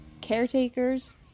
caretakers